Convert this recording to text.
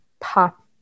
pop